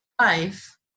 life